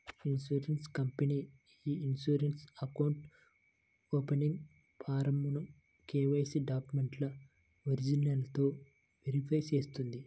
insurance company ఇ insurance account opening ఫారమ్ను KYC డాక్యుమెంట్ల ఒరిజినల్లతో వెరిఫై చేస్తుంది